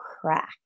crack